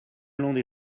hollande